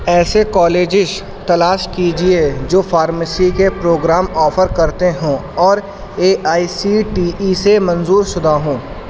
ایسے کالجش تلاش کیجیے جو فارمیسی کے پروگرام آفر کرتے ہوں اور A I C T E سے منظور شدہ ہوں